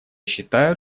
считают